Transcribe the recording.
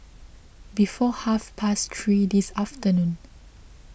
before half past three this afternoon